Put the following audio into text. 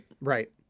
Right